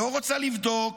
לא רוצה לבדוק,